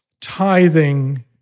Tithing